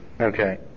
Okay